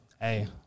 Hey